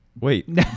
Wait